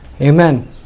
amen